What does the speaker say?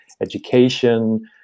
education